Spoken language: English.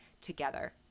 together